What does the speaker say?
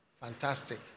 Fantastic